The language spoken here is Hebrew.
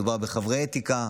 מדובר באנשי אתיקה.